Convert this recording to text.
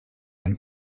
einen